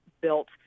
built